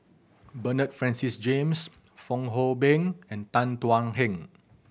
Bernard Francis James Fong Hoe Beng and Tan Thuan Heng